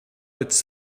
its